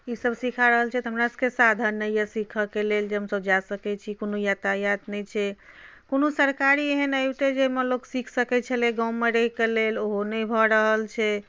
ईसभ सिखा रहल छै तऽ हमरा सभके साधन नहि अछि जे सिखऽके लेल हम सभ जाइ सकै छी कोनो यातायत नहि छै कोनो सरकारी एहन अबितै जेहिमे लोक सिख सकै छलै गाँवमे रहिके लेल ओहो नहि भऽ रहल छै